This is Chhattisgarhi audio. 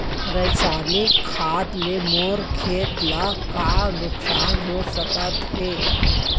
रसायनिक खाद ले मोर खेत ला का नुकसान हो सकत हे?